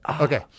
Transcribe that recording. Okay